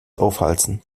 aufhalsen